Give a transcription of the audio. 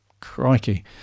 Crikey